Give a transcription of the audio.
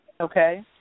okay